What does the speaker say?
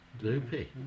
Loopy